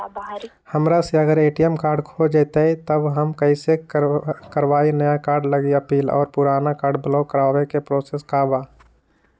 हमरा से अगर ए.टी.एम कार्ड खो जतई तब हम कईसे करवाई नया कार्ड लागी अपील और पुराना कार्ड ब्लॉक करावे के प्रोसेस का बा?